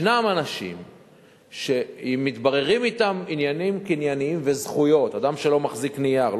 ישנם אנשים שמתבררים אתם עניינים קנייניים וזכויות אדם שלא מחזיק נייר,